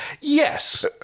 Yes